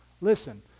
Listen